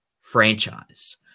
franchise